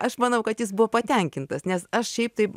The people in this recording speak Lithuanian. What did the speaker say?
aš manau kad jis buvo patenkintas nes aš šiaip tai